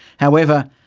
however,